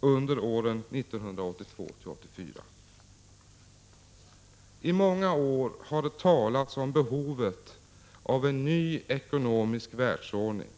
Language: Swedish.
under åren 1982-1984. I många år har det talats om behovet av en ny ekonomisk världsordning.